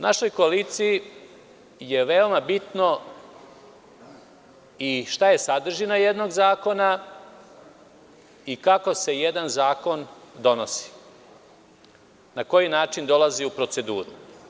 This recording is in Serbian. Našoj koaliciji je veoma bitno i šta je sadržina jednog zakona i kako se jedan zakon donosi, na koji način dolazi u proceduru.